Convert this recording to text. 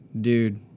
Dude